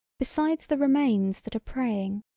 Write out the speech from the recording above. besides the remains that are praying,